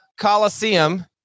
coliseum